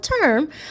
term